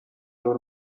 our